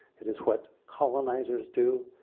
it is what colonizers do.